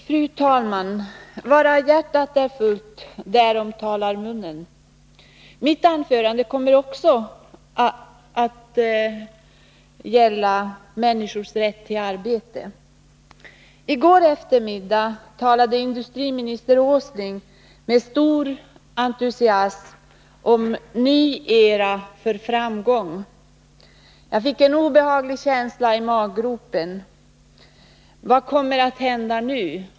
Fru talman! Varav hjärtat är fullt därom talar munnen. Också mitt anförande kommer att gälla människors rätt till arbete. I går eftermiddag talade industriminister Åsling med stor entusiasm om ”ny era för framgång”. Jag fick en obehaglig känsla i maggropen: Vad kommer att hända nu?